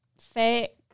fake